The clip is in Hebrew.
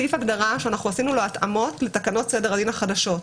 שעשינו לו התאמות לתקנות סדר הדין החדשות.